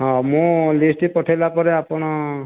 ହଁ ମୁଁ ଲିଷ୍ଟ୍ ପଠାଇଲା ପରେ ଆପଣ